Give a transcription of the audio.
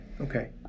Okay